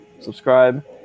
Subscribe